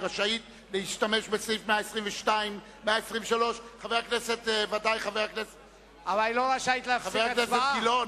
היא רשאית להשתמש בסעיף 123. אבל בוודאי היא לא רשאית להפסיק הצבעה.